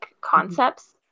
concepts